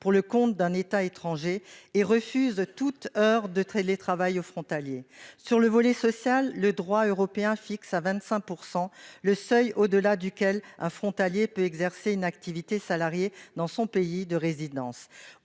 pour le compte d'un État étranger, et refusent toute heure de télétravail aux frontaliers. En ce qui concerne le volet social, le droit européen fixe à 25 % le seuil au-delà duquel un frontalier peut exercer une activité salariée dans son pays de résidence.